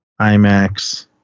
IMAX